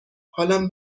حالم